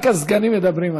רק הסגנים מדברים היום,